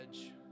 edge